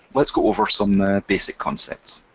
let's go over some basic concepts.